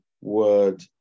word